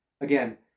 again